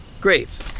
Great